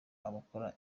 abakora